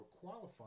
qualifying